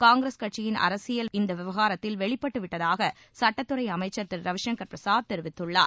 காங்கிரஸ் கட்சியின் அரசியல் இந்த விவகாரத்தில் வெளிப்பட்டுவிட்டதாக சுட்டத்துறை அமைச்சா் திரு ரவிசங்கர் பிரசாத் தெரிவித்துள்ளார்